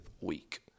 week